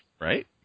Right